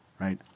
right